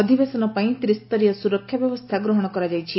ଅଧିବେଶନ ପାଇଁ ତ୍ରିସ୍ତରୀୟ ସୁରକ୍ଷା ବ୍ୟବସ୍ରା ଗ୍ରହଣ କରାଯାଇଛି